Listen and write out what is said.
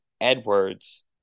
Edwards